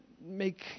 make